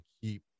keep